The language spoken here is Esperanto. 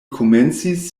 komencis